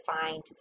find